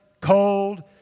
cold